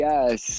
Yes